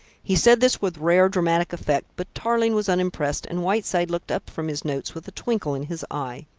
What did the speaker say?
he said this with rare dramatic effect but tarling was unimpressed, and whiteside looked up from his notes with a twinkle in his eye.